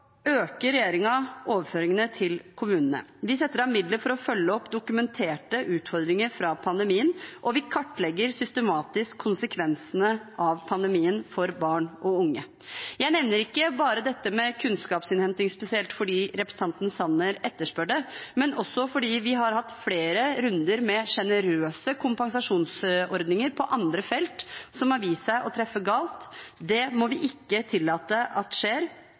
overføringene til kommunene. Vi setter av midler til å følge opp dokumenterte utfordringer som følge av pandemien, og vi kartlegger systematisk konsekvensene av pandemien for barn og unge. Jeg nevner ikke dette med kunnskapsinnhenting spesielt bare fordi representanten Sanner etterspør det, men også fordi vi har hatt flere runder med generøse kompensasjonsordninger på andre felt som har vist seg å treffe galt. Det må vi ikke tillate at skjer